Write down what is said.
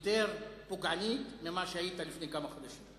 יותר פוגענית מכפי שהיא היתה לפני כמה חודשים.